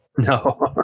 No